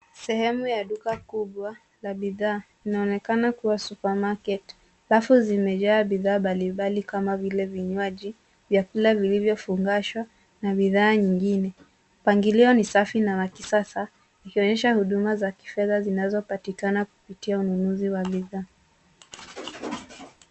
Sehemu ya duka kubwa ya bidhaa, inaoonekana kuwa [cs[supermarket .rafu zimejaa bidhaa mbalimbali kama vile vinywaji, vyakula vilivyofungashwa na bidhaa nyingine. Mpangilio ni safi na wa kisasa, ikionyesha huduma za kifedha zinazopatikana kupitia ununuzi wa bidhaa.